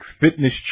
fitness